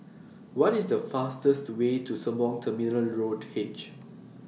What IS The fastest Way to Sembawang Terminal Road H